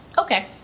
Okay